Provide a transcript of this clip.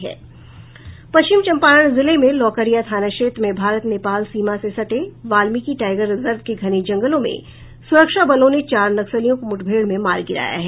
पश्चिम चंपारण जिले में लौकरिया थाना क्षेत्र में भारत नेपाल सीमा से सटे वाल्मीकि टाइगर रिजर्व के घने जंगलों में सुरक्षा बलों ने चार नक्सलियों को मुठभेड़ में मार गिराया है